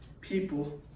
people